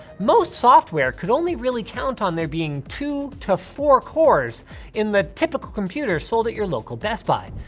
most software could only really count on there being two to four cores in the typical computer sold at your local best buy.